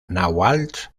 náhuatl